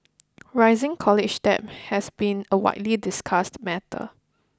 rising college debt has been a widely discussed matter